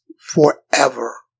forever